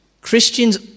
Christians